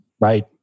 right